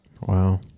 Wow